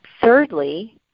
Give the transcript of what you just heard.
Thirdly